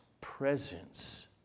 presence